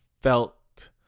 felt